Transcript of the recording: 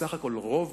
בסך-הכול, רוב